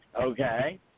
okay